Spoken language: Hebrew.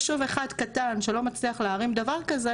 יישוב אחד קטן שלא מצליח להרים דבר כזה,